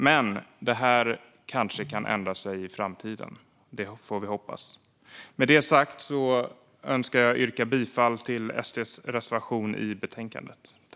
Men det kanske kan ändra sig i framtiden. Det får vi hoppas. Med det sagt önskar jag yrka bifall till SD:s reservation i betänkandet.